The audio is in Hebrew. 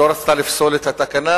לא רצתה לפסול את התקנה,